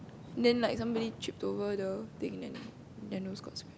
then like somebody tripped over the thing then their nose got